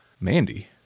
Mandy